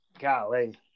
Golly